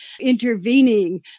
intervening